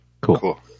Cool